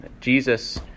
Jesus